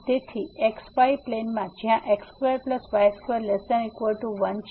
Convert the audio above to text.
તેથી xy પ્લેનમાં જ્યાં x2y2≤1